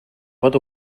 pot